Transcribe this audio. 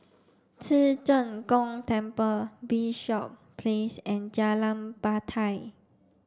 Ci Zheng Gong Temple Bishop Place and Jalan Batai